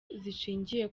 zishingiye